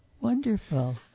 Wonderful